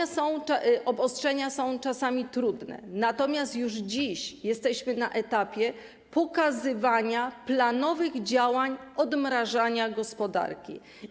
Te obostrzenia są czasami trudne, natomiast już dziś jesteśmy na etapie pokazywania planowych działań odmrażania gospodarki.